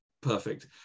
perfect